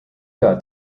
got